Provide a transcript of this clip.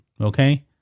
Okay